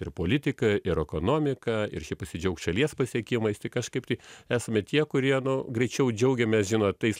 ir politiką ir ekonomiką ir šiaip pasidžiaugt šalies pasiekimais tai kažkaip tai esame tie kurie nu greičiau džiaugiamės žinot tais